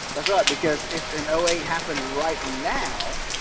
that's right. because, if an eight happened right now,